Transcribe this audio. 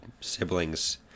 siblings